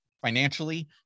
financially